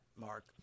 Mark